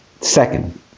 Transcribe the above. Second